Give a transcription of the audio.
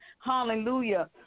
hallelujah